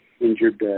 injured